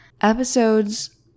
episodes